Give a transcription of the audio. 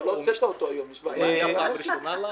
קודם כול, ברכות.